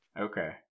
Okay